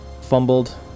fumbled